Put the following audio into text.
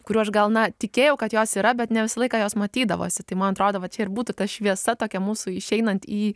kuriuo aš gana tikėjau kad jos yra bet ne visą laiką jos matydavosi tai man atrodo va čia ir būtų ta šviesa tokia mūsų išeinant į